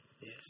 Yes